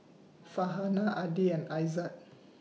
Farhanah Adi and Aizat